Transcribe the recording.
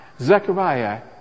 Zechariah